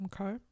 okay